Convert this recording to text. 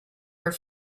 were